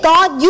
God